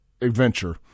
adventure